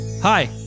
Hi